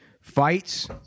fights